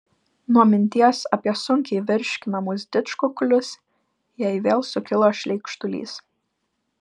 nuo minties apie sunkiai virškinamus didžkukulius jai vėl sukilo šleikštulys